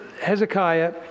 Hezekiah